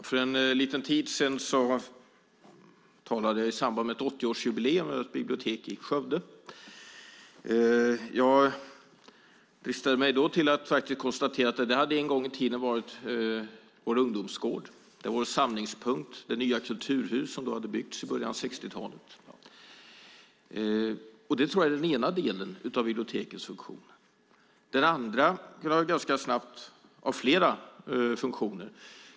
Herr talman! För en tid sedan talade jag i samband med ett 80-årsjubileum på ett bibliotek i Skövde. Jag dristade mig då till att konstatera att det en gång i tiden hade varit vår ungdomsgård. Det var vår samlingspunkt, det nya kulturhus som hade byggts i början av 60-talet. Jag tror att det är den ena delen av bibliotekens funktion. Den andra delen utgörs av flera funktioner.